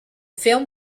film